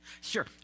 Sure